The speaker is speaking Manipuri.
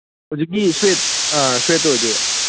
ꯍꯧꯖꯤꯛꯀꯤ ꯁ꯭ꯋꯦꯠ ꯑꯥ ꯁ꯭ꯋꯦꯠꯇꯣ ꯑꯣꯏꯗꯣꯏꯕ